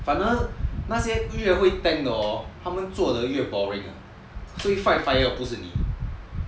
反而那些会 tank 的 hor 他们做的越 boring ah 因为 fight fire 的不是你